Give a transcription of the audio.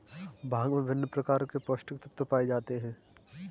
भांग में विभिन्न प्रकार के पौस्टिक तत्त्व पाए जाते हैं